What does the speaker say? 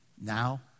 Now